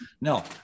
No